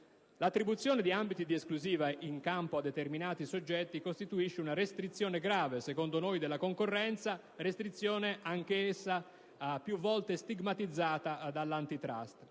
L'attribuzione di ambiti di esclusiva in capo a determinati soggetti costituisce una restrizione grave, secondo noi, della concorrenza (più volte stigmatizzata dall'*Antitrust*),